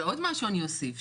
ועוד משהו אני אוסיף,